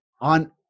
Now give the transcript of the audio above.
on